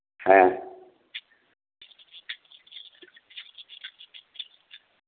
हाँ